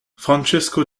francesco